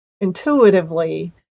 intuitively